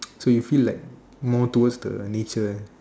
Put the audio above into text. so you feel like more towards the nature eh